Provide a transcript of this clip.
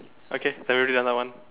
okay then we'll do the other one